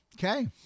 Okay